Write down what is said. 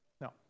No